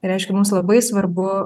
reiškia mums labai svarbu